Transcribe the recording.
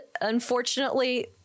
unfortunately